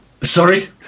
Sorry